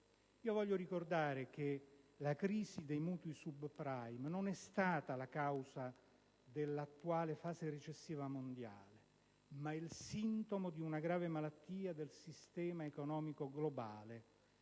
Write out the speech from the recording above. Voglio ricordare che la crisi dei mutui *subprime* non è stata la causa dell'attuale fase recessiva mondiale, ma il sintomo di una grave malattia del sistema economico globale,